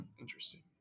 Interesting